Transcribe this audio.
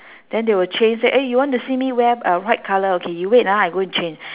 then they will change say eh you want to see me wear uh white colour okay you wait ah I go and change